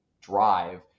drive